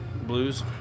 blues